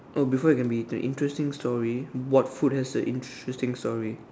oh before it can be eaten interesting story what food has a interesting story